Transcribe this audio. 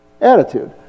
Attitude